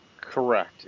Correct